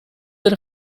that